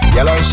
Yellow